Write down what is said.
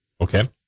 Okay